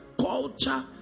culture